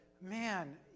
man